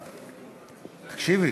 תקשיבי,